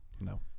no